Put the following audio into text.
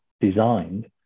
designed